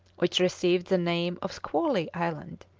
which received the name of squally island,